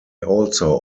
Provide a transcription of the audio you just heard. also